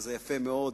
וזה יפה מאוד,